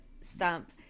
stump